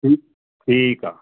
ਠੀ ਠੀਕ ਆ